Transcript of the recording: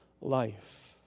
life